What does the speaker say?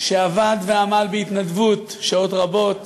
שעבד ועמל בהתנדבות שעות רבות